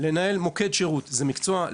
לנהל מוקד שירות זה מקצוע,